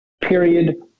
period